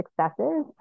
successes